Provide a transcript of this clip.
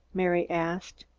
mary asked.